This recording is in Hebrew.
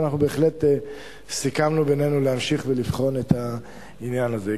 אבל אנחנו בהחלט סיכמנו בינינו להמשיך ולבחון את העניין הזה.